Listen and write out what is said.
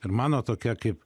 mano tokia kaip